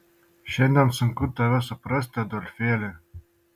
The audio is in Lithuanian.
šiandien sunku tave suprasti adolfėli